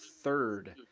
third